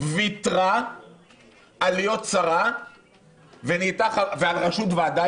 ויתרה להיות שרה ועל ראשות ועדה,